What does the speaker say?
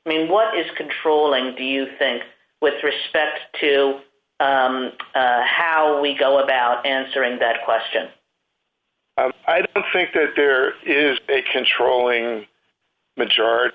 i mean what is controlling do you think with respect to how we go about answering that question i think that there is a controlling majority